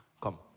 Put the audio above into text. come